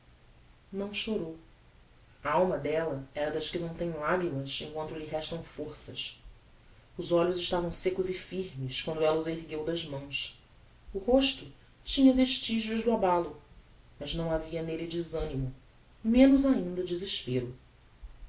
não chorou a alma della era das que não tem lagrimas em quanto lhe restam forças os olhos estavam seccos e firmes quando ella os ergueu das mãos o resto tinha vestigios do abalo mas não havia nelle desanimo menos ainda desespero